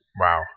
Wow